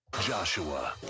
Joshua